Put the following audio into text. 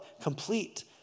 complete